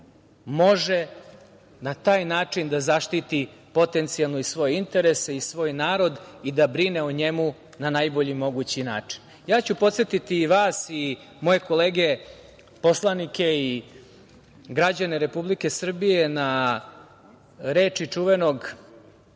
može na taj način da zaštiti potencijalno i svoje interese, svoj narod i da brine o njemu na najbolji mogući način. Podsetiću vas i moje kolege poslanike i građane Republike Srbije na reči čuvenog